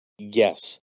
Yes